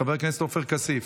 חבר הכנסת עופר כסיף.